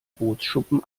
bootsschuppen